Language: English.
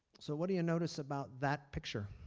so what do you notice about that picture?